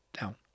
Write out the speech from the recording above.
down